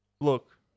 Look